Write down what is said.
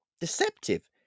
Deceptive